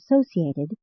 associated